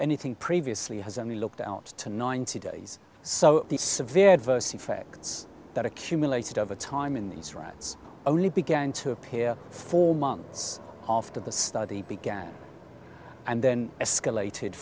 anything previously has only looked out to ninety days so the severe adverse effects that accumulated over time in these rats only began to appear four months after the study began and then escalated